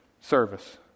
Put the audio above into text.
service